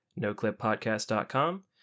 noclippodcast.com